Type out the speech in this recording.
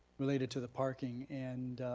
related to the parking. and